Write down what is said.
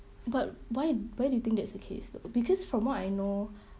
but why why do you think that's the case though because from what I know